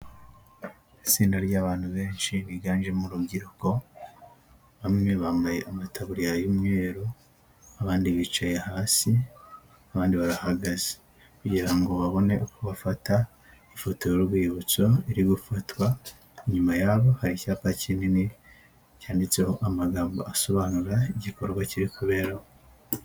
Itsinda rya'bantu benshi biganjemo urubyiruko, bamwe bambaye amataburiya y'umweru, abandi bicaye hasi, abandi barahagaze kugirango babone uko bafata ifoto y'urwibutso iri gufatwa, inyuma yabo hari icyapa kinini cyanditseho amagambo asobanura igikorwa kiri kubera aho.